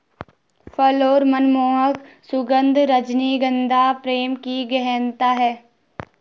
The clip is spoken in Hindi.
फल और मनमोहक सुगन्ध, रजनीगंधा प्रेम की गहनता है